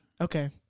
Okay